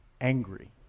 angry